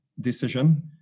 decision